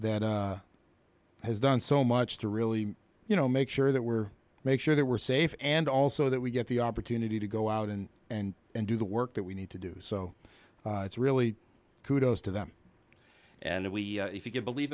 that has done so much to really you know make sure that we're make sure that we're safe and also that we get the opportunity to go out and and and do the work that we need to do so it's really kudos to them and if we if you believe